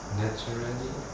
naturally